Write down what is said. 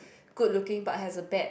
good looking but has a bad